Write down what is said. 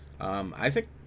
Isaac